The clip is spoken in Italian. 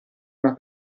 una